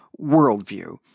worldview